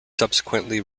subsequently